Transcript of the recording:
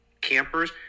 campers